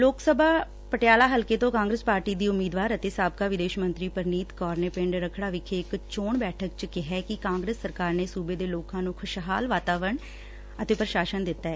ਲੋਕ ਸਭਾ ਪਟਿਆਲਾ ਹਲਕੇ ਤੋਂ ਕਾਂਗਰਸ ਪਾਰਟੀ ਦੀ ਉਮੀਦਵਾਰ ਅਤੇ ਸਾਬਕਾ ਵਿਦੇਸ਼ ਮੰਤਰੀ ਪ੍ਰਨੀਤ ਕੌਰ ਨੇ ਪਿੰਡ ਰੱਖੜਾ ਵਿਖੇ ਇਕ ਚੋਣ ਬੈਠਕ ਚ ਕਿਹਾ ਕਿ ਕਾਂਗਰਸ ਸਰਕਰ ਨੇ ਸੁਬੇ ਦੇ ਲੋਕਾਂ ਨੂੰ ਖੁਸ਼ਹਾਲ ਵਾਤਾਵਰਨ ਅਤੇ ਪ੍ਰਸ਼ਾਸਨ ਦਿੱਤੈ